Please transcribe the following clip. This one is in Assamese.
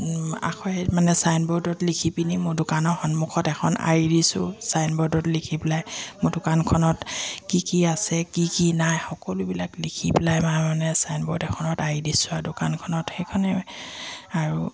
আখৰেৰে মানে চাইন বৰ্ডত লিখি পিনি মোৰ দোকানৰ সন্মুখত এখন আঁৰি দিছোঁ চাইন বৰ্ডত লিখি পেলাই মোৰ দোকানখনত কি কি আছে কি কি নাই সকলোবিলাক লিখি পেলাই মানে চাইন বৰ্ড এখনত আঁৰি দিছোঁ আৰু দোকানখনত সেইখনে আৰু